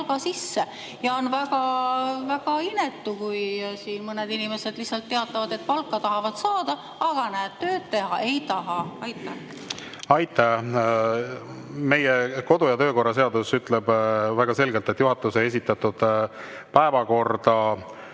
Ja on väga-väga inetu, kui mõned inimesed lihtsalt teatavad, et palka tahavad saada, aga näed, tööd teha ei taha. Aitäh! Meie kodu‑ ja töökorra seadus ütleb väga selgelt, et juhatuse esitatud päevakorda